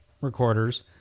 recorders